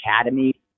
academy